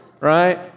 right